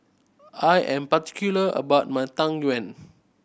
I am particular about my Tang Yuen